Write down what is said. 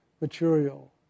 material